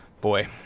Boy